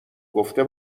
گفته